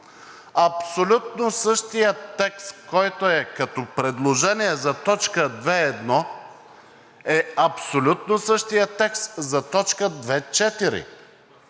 абсолютно същият текст, който е като предложение за т.2.1, е абсолютно същият текст за т. 2.4.